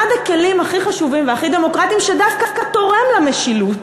אחד הכלים הכי חשובים והכי דמוקרטיים שדווקא תורם למשילות